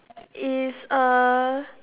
is uh